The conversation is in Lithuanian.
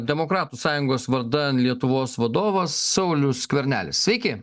demokratų sąjungos vardan lietuvos vadovas saulius skvernelis sveiki